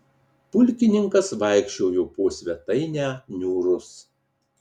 pulkininkas vaikščiojo po svetainę niūrus